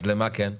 אז למה כן?